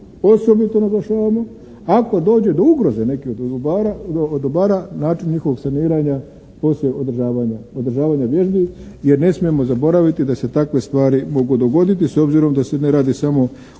osobito naglašavamo ako dođe do ugroze nekih od dobara način njihovog saniranja poslije održavanja vježbi. Je ne smijemo zaboraviti da se takve stvari mogu dogoditi, s obzirom da se ne radi samo o